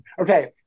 Okay